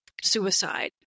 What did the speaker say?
suicide